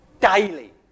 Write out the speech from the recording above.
daily